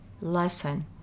lesson